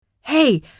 Hey